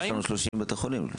יש לנו 30 בתי חולים?